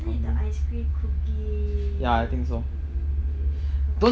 isn't it the ice cream cookie company